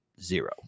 zero